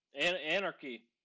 Anarchy